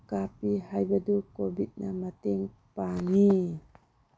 ꯀꯥꯞꯄꯤ ꯍꯥꯏꯕꯗꯨ ꯀꯣꯚꯤꯠꯅ ꯃꯇꯦꯡ ꯄꯥꯡꯉꯤ